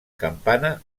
campana